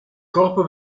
corpo